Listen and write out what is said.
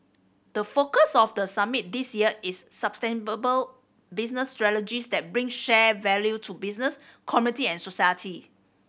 the focus of the summit this year is sustainable business strategies that bring shared value to business community and society